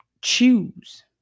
choose